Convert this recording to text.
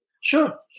Sure